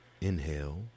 inhale